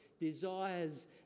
desires